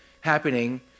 happening